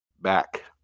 Back